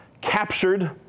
captured